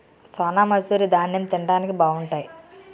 సోనామసూరి దాన్నెం తిండానికి బావుంటాయి